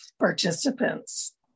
participants